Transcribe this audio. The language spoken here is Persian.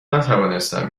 نتوانستم